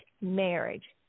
Marriage